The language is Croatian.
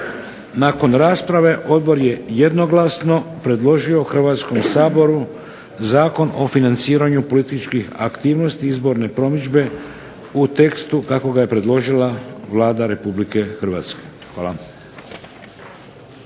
Nakon rasprave odbor je jednoglasno predložio Hrvatskom saboru Zakon o financiranju političkih aktivnosti izborne promidžbe u tekstu kako ga je predložila Vlada Republike Hrvatske. Hvala.